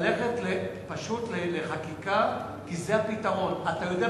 ללכת לחקיקה, כי זה הפתרון.